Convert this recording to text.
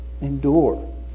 Endure